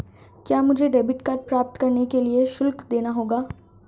क्या मुझे debit card प्राप्त करने के लिए शुल्क देना होगा?